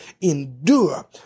endure